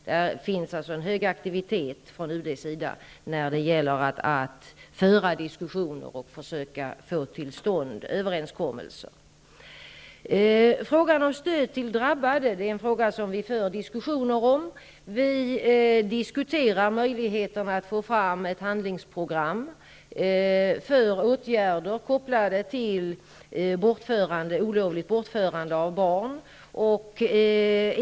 Det finns alltså en hög aktivitet från UD:s sida när det gäller att föra diskussioner och försöka få till stånd överenskommelser. Vi för diskussioner om frågan om stöd till drabbade. Vi diskuterar möjligheterna att få fram ett handlingsprogram för åtgärder kopplade till olovligt bortförande av barn.